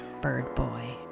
birdboy